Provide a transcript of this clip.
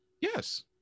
Yes